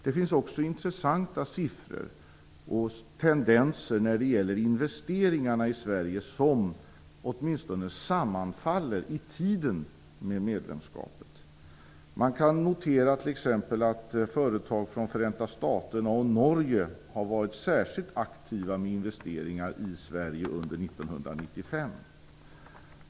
Det finns också när det gäller investeringarna i Sverige intressanta siffror och tendenser, som åtminstone till tiden sammanfaller med medlemskapet. Man kan t.ex. notera att företag från Förenta staterna och Norge har varit särskilt aktiva med investeringar i Sverige under 1995.